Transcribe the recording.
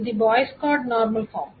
ఇది Boyce Codd normal form